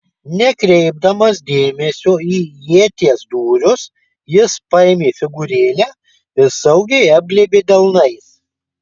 nekreipdamas dėmesio į ieties dūrius jis paėmė figūrėlę ir saugiai apglėbė delnais